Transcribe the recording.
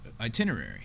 itinerary